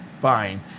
fine